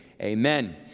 Amen